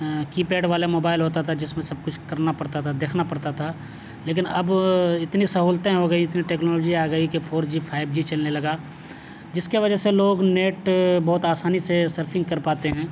keypad والے mobile ہوتا تھا جس میں سب کچھ کرنا پڑتا تھا دیکھنا پڑتا تھا لیکن اب اتنی سہولتیں ہو گئی اتنی ٹیکنالوجی آ گئی کہ فور جی فائب جی چلنے لگا جس کے وجہ سے لوگ نیٹ بہت آسانی سے سرفنگ کر پاتے ہیں